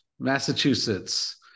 Massachusetts